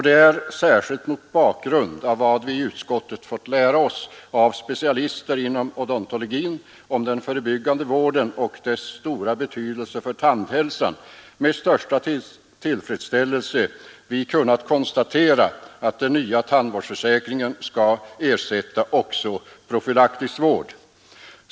Det är — särskilt mot bakgrund av vad vi i utskottet fått lära oss av specialister inom odontologin om den förebyggande vården och dess stora betydelse för tandhälsan — med största tillfredsställelse vi kunnat konstatera att den nya tandvårdsförsäkringen skall ersätta också profylaktisk vård.